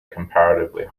comparatively